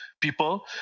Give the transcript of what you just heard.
people